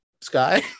sky